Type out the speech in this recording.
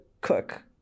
cook